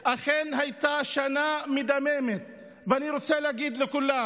אכן הייתה שנה מדממת, ואני רוצה להגיד לכולם: